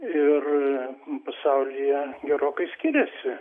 ir pasaulyje gerokai skiriasi